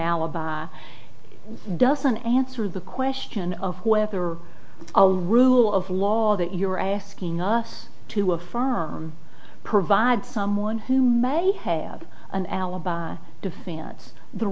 alibi doesn't answer the question of whether a rule of law that you're asking us to affirm provide someone who may have an alibi to finance the